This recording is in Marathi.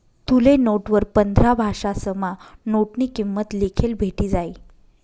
तुले नोटवर पंधरा भाषासमा नोटनी किंमत लिखेल भेटी जायी